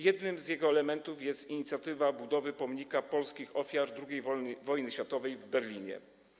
Jednym z jego elementów jest inicjatywa budowy pomnika polskich ofiar II wojny światowej w Berlinie.